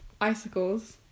icicles